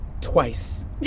Twice